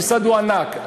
המשרד הוא ענק,